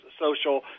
social